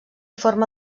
forma